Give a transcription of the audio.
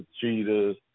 cheetahs